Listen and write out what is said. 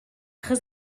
achos